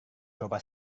coba